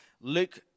Luke